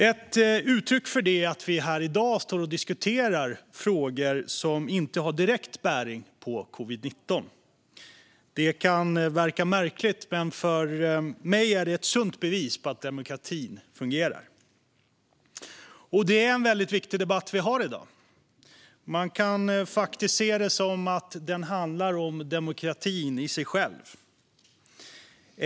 Ett uttryck för detta är att vi här i dag diskuterar frågor som inte har direkt bäring på covid-19. Det kan verka märkligt, men för mig är det ett sunt bevis för att demokratin fungerar. Det är en viktig debatt som vi har i dag. Man kan se det som att den handlar om demokratin i sig.